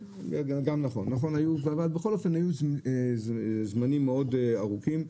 בכל אופן היו זמנים מאוד ארוכים,